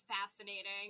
fascinating